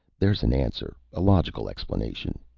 there's an answer, a logical explanation.